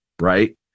Right